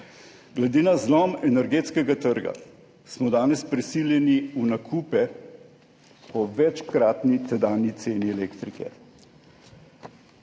Glede na zlom energetskega trga smo danes prisiljeni v nakupe po večkratni tedanji ceni elektrike.